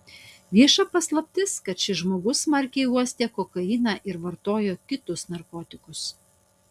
vieša paslaptis kad šis žmogus smarkiai uostė kokainą ir vartojo kitus narkotikus